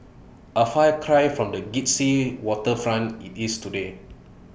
A far cry from the glitzy waterfront IT is today